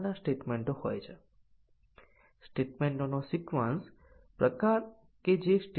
અને statement coverage કરતા પણ નબળા છે